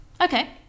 okay